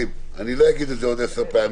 חברים, אני לא אגיד את זה עוד 10 פעמים.